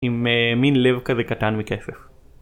עם מין לב כזה קטן מכסף